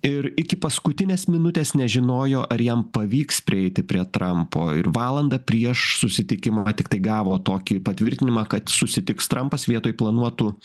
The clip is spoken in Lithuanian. ir iki paskutinės minutės nežinojo ar jam pavyks prieiti prie trampo ir valandą prieš susitikimą va tiktai gavo tokį patvirtinimą kad susitiks trampas vietoj planuotų